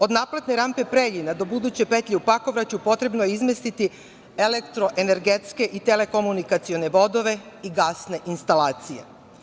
Od naplatne rampe Preljina do buduće petlje u Pakovraću potrebno je izmestiti elektroenergetske i telekomunikacione vodove i gasne instalacije.